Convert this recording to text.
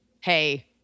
hey